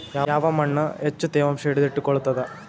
ಯಾವ್ ಮಣ್ ಹೆಚ್ಚು ತೇವಾಂಶ ಹಿಡಿದಿಟ್ಟುಕೊಳ್ಳುತ್ತದ?